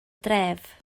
dref